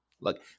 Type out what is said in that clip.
Look